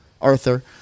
arthur